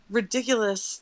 ridiculous